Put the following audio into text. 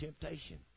temptation